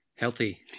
Healthy